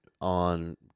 on